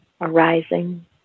arising